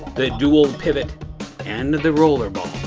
the dual pivot and the rollerball.